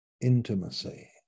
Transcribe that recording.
intimacy